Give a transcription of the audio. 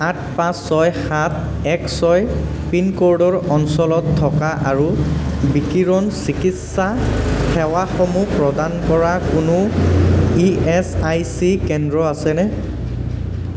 আঠ পাঁচ ছয় সাত এক ছয় পিনক'ডৰ অঞ্চলত থকা আৰু বিকিৰণ চিকিৎসা সেৱাসমূহ প্ৰদান কৰা কোনো ই এচ আই চি কেন্দ্ৰ আছেনে